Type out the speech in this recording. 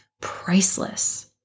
priceless